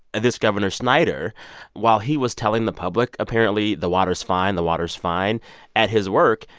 this governor snyder while he was telling the public, apparently, the water's fine the water's fine at his work,